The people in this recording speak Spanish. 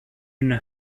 una